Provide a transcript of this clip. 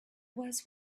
was